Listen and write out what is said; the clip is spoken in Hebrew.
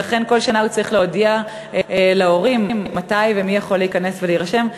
ולכן כל שנה הוא צריך להודיע להורים מתי ומי יכול להיכנס ולהירשם.